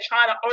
China